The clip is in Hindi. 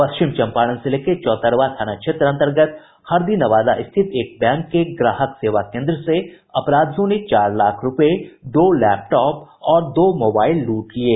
पश्चिमी चम्पारण जिले के चौतरवा थाना क्षेत्र अन्तर्गत हरदी नवादा स्थित एक बैंक के ग्राहक सेवा केन्द्र से अपराधियों ने चार लाख रूपये दो लैपटॉप और दो मोबाईल लूट लिये